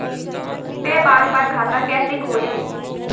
PayPal पर खाता कैसे खोलें?